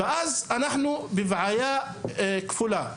ואנחנו בבעיה כפולה: